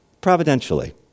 Providentially